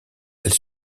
elle